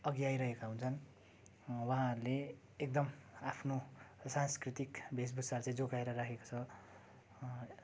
अघि आइरहेका हुन्छन् उहाँहरूले एकदम आफ्नो सांस्कृतिक वेशभूषा चाहिँ जोगाएर राखेको छ